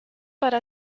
para